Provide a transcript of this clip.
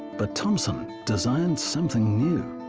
but thompson designed something new.